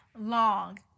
long